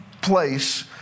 place